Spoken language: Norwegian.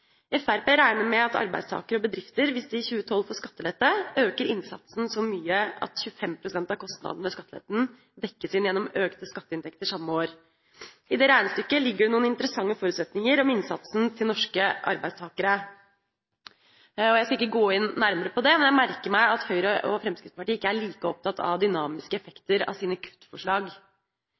Fremskrittspartiet regner med at arbeidstakere og bedrifter, hvis de i 2012 får skattelette, øker innsatsen så mye at 25 pst. av kostnadene i skatteletten dekkes inn gjennom økte skatteinntekter samme år. I dette regnestykket ligger det noen interessante forutsetninger om innsatsen til norske arbeidstakere. Jeg skal ikke gå nærmere inn på det, men jeg merker meg at Høyre og Fremskrittspartiet ikke er like opptatt av dynamiske effekter av sine kuttforslag.